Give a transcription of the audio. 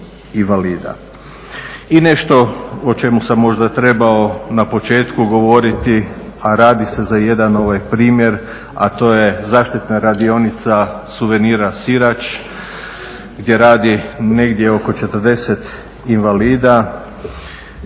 I nešto o čemu sam možda trebao na početku govoriti, a radi se za jedan primjer, a to je zaštitna radionica suvenira Sirač gdje radi negdje oko 40 invalida